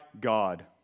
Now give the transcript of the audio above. God